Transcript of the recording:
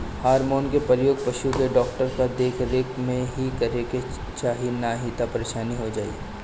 hormone के प्रयोग पशु के डॉक्टर के देख रेख में ही करे के चाही नाही तअ परेशानी हो जाई